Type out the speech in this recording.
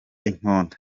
inkonda